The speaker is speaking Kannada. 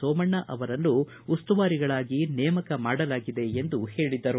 ಸೋಮಣ್ಣ ಅವರನ್ನು ಉಸ್ತುವಾರಿಗಳಾಗಿ ನೇಮಕ ಮಾಡಲಾಗಿದೆ ಎಂದು ಹೇಳಿದರು